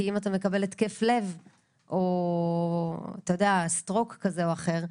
כי אם אתה מקבל התקף לב או סטרוק כזה או אחר,